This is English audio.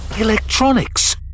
Electronics